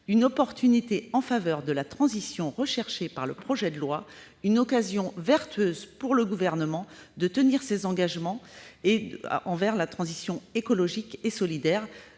une opportunité en faveur de la transition recherchée par le projet de loi, une occasion vertueuse pour le Gouvernement de tenir ses engagements en matière de transition écologique et solidaire.